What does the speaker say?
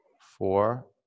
Four